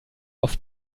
auf